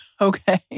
Okay